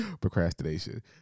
procrastination